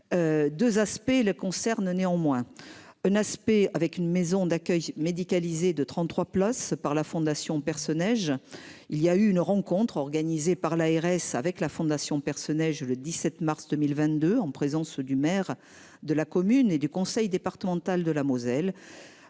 2 aspects le concerne néanmoins un aspect avec une maison d'accueil médicalisé de 33 place par la Fondation personnage il y a eu une rencontre organisée par l'ARS, avec la fondation personnelle je le 17 mars 2022, en présence du maire de la commune et du conseil départemental de la Moselle.